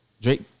Drake